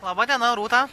laba diena rūta